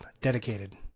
dedicated